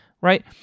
right